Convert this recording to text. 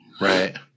right